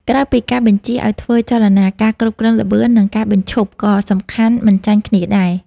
ក្រៅពីការបញ្ជាឱ្យធ្វើចលនា ការគ្រប់គ្រងល្បឿន និងការបញ្ឈប់ក៏សំខាន់មិនចាញ់គ្នាដែរ។